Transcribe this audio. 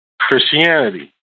Christianity